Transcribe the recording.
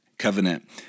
Covenant